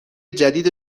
جدید